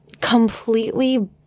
completely